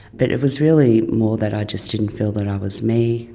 but it was really more that i just didn't feel that i was me,